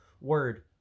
word